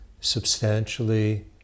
substantially